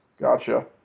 Gotcha